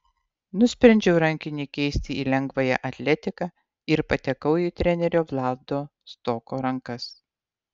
nusprendžiau rankinį keisti į lengvąją atletiką ir patekau į trenerio vlado stoko rankas